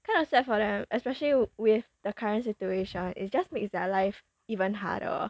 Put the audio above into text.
kind of sad for them especially with the current situation it's just makes their life even harder